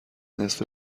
نصف